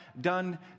done